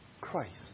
Christ